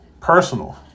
personal